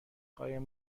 قایم